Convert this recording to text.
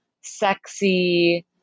sexy